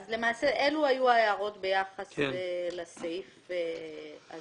אם כן, אלו היו ההערות לסעיף הזה.